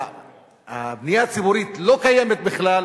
הבנייה הציבורית לא קיימת בכלל,